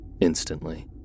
Instantly